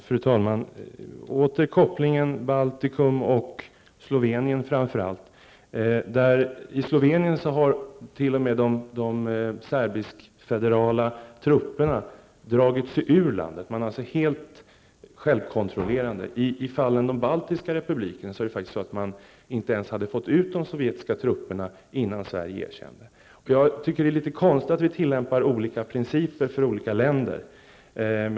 Fru talman! Jag kommer tillbaka till kopplingen Baltikum--Slovenien. I Slovenien har t.o.m. de serbisk-federala trupperna dragit sig ur landet. Man är alltså helt självkontrollerande. I de baltiska republikerna hade man faktiskt inte ens fått ut de sovjetiska trupperna innan Sverige erkände. Jag tycker det är konstigt att vi tillämpar olika principer för olika länder.